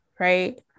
right